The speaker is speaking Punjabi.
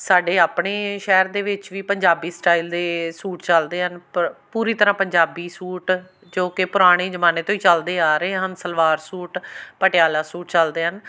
ਸਾਡੇ ਆਪਣੇ ਸ਼ਹਿਰ ਦੇ ਵਿੱਚ ਵੀ ਪੰਜਾਬੀ ਸਟਾਈਲ ਦੇ ਸੂਟ ਚੱਲਦੇ ਹਨ ਪ ਪੂਰੀ ਤਰ੍ਹਾਂ ਪੰਜਾਬੀ ਸੂਟ ਜੋ ਕਿ ਪੁਰਾਣੇ ਜ਼ਮਾਨੇ ਤੋਂ ਹੀ ਚੱਲਦੇ ਆ ਰਹੇ ਹਨ ਸਲਵਾਰ ਸੂਟ ਪਟਿਆਲਾ ਸੂਟ ਚੱਲਦੇ ਹਨ